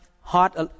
heart